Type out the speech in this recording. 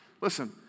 listen